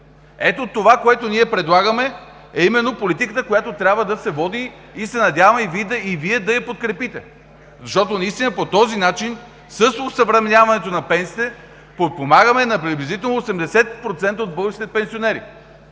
Ето това, което ние предлагаме, е именно политиката, която трябва да се води и се надяваме и Вие да я подкрепите, защото наистина по този начин, с осъвременяването на пенсиите, помагаме на приблизително 80% от българските пенсионери.